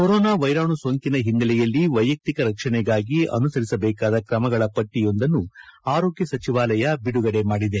corona ವೈರಾಣು ಸೋಂಕಿನ ಹಿನ್ನೆಲೆಯಲ್ಲಿ ವೈಯಕ್ತಿಕ ರಕ್ಷಣೆಗಾಗಿ ಅನುಸರಿಸಬೇಕಾದ ಕ್ರಮಗಳ ಪಟ್ಟಿಯೊಂದನ್ನು ಆರೋಗ್ಯ ಸಚಿವಾಲಯ ಬಿಡುಗಡೆ ಮಾಡಿದೆ